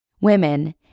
Women